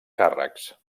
càrrecs